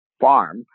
farm